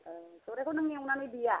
सौरायखौ नों एवनानै देया